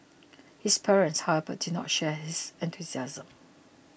his parents however did not share his enthusiasm